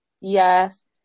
Yes